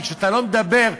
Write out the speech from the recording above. כי כשאתה לא מדבר,